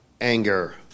Anger